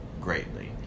greatly